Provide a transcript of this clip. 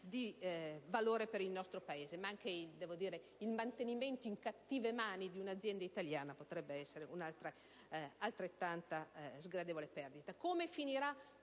di valore per il nostro Paese; ma devo dire che anche il mantenimento in cattive mani di un'azienda italiana potrebbe essere una perdita altrettanto sgradevole. Come finirà